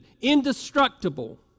indestructible